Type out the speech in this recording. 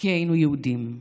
כי היינו יהודים.